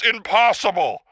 Impossible